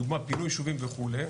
לדוגמה פינוי ישובים וכולי,